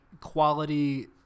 quality